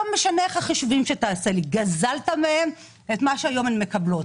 לא משנה איך תעשה את החישובים גזלת מהן את מה שהיום הן מקבלות.